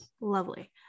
lovely